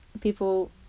people